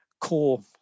core